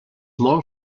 molt